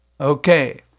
Okay